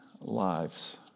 lives